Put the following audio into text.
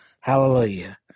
Hallelujah